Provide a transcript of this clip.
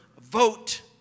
vote